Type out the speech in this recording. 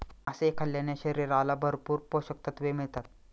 मासे खाल्ल्याने शरीराला भरपूर पोषकतत्त्वे मिळतात